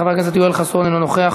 חבר הכנסת אחמד טיבי, אינו נוכח.